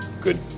good